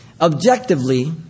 Objectively